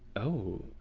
oh.